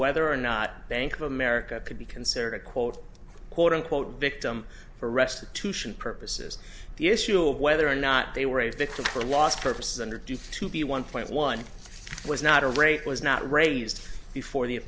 whether or not bank of america could be considered a quote unquote victim for restitution purposes the issue of whether or not they were a victim or lost purpose and are due to be one point one was not a rape was not raised before the